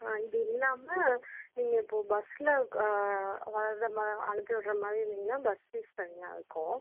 ஆ இது இல்லாமல் நீங்கள் இப்போ பஸ்ஸில் வர்ற மாதிரி அனுப்பி விட்ற மாதிரி இருந்திங்கன்னா பஸ் ஃபீஸ் தனியாக இருக்கும்